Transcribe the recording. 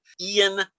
Ian